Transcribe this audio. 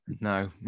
No